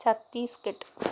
Chhattisgarh